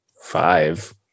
five